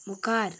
मुखार